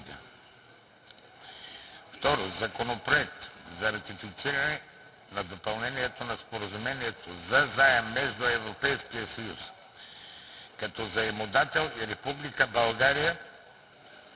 г. 2. Законопроект за ратифициране на Допълнението на Споразумението за заем между Европейския съюз като заемодател и Република България